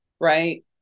Right